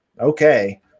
okay